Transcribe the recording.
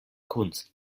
kunst